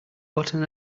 gotten